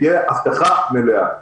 תהיה הבטחה מלאה.